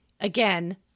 again